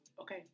Okay